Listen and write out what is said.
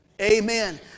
amen